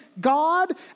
God